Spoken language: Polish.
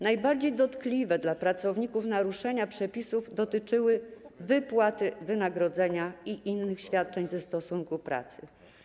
Najbardziej dotkliwe dla pracowników naruszenia przepisów dotyczyły wypłaty wynagrodzenia i innych świadczeń wynikających ze stosunku pracy.